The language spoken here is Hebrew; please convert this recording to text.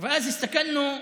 ואז הסתכלנו,